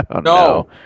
No